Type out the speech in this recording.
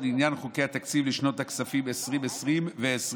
לעניין חוקי התקציב לשנות הכספים 2020 ו-2021,